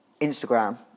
Instagram